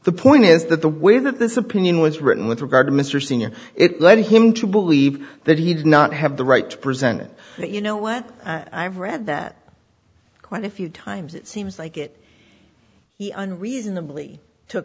the point is that the way that this opinion was written with regard to mr senior it led him to believe that he did not have the right to present it but you know what i've read that quite a few times it seems like it and reasonably took